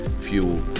Fuel